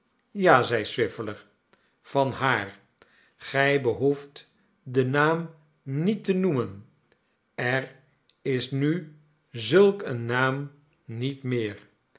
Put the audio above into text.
ja zeide swiveller van haar gij behoeft den naam niet te noemen er is nu zulk een naam niet meer